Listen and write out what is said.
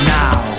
now